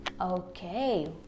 Okay